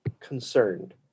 concerned